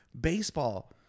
baseball